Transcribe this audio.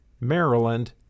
Maryland